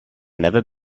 never